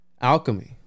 alchemy